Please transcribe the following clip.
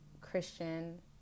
Christian